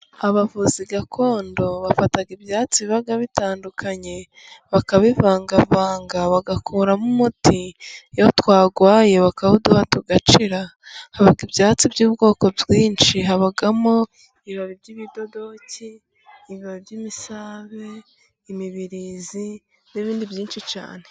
Abavuzi gakondo bafata ibyatsi biba bitandukanye， bakabivangavanga bagakuramo umuti. Iyo twarwaye bakawuduha tugakira， habamo ibyatsi by'ubwoko bwinshi， habamo ibibabi by'ibidodoki，ibibabi by'imisave， imibirizi n'ibindi byinshi cyane.